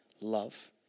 love